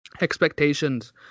expectations